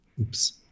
Oops